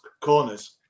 corners